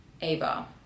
ava